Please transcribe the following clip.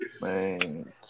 Man